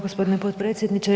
gospodine potpredsjedniče.